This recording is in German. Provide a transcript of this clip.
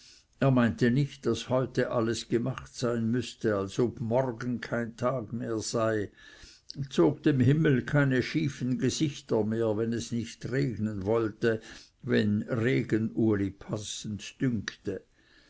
er meinte nicht daß heute alles gemacht sein müsse als ob morgen kein tag mehr sei zog dem himmel keine schiefen gesichter mehr wenn es nicht regnen wollte wenn regen uli